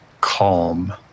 calm